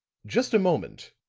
just a moment,